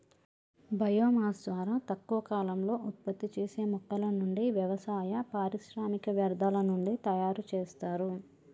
bio mass ద్వారా తక్కువ కాలంలో ఉత్పత్తి చేసే మొక్కల నుండి, వ్యవసాయ, పారిశ్రామిక వ్యర్థాల నుండి తయరు చేస్తారు